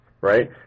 right